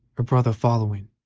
her brother following,